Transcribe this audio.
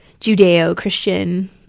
judeo-christian